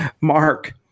Mark